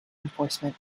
enforcement